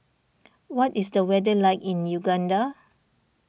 what is the weather like in Uganda